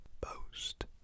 post